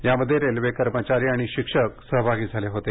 यामध्ये रेल्वे कर्मचारी आणि शिक्षक सहभागी झाले होते